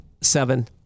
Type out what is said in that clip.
seven